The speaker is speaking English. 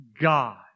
God